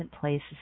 places